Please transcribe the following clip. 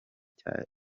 cya